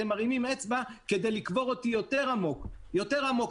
אתם מרימים אצבע כדי לקבור אותי יותר עמוק באדמה.